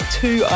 two